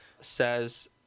says